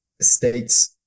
states